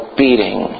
beating